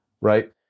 Right